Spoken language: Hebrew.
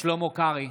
שלמה קרעי,